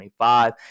25